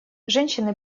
женщины